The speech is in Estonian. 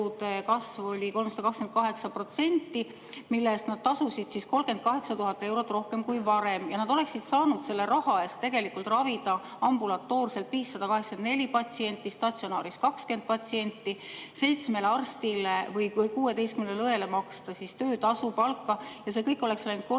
kasv oli 328%, mille eest nad tasusid 38 000 eurot rohkem kui varem. Nad oleksid saanud selle raha eest tegelikult ravida ambulatoorselt 584 patsienti, statsionaaris 20 patsienti, 7 arstile või 16 õele maksta palka, ja see kõik oleks läinud kordi